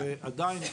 ועדיין,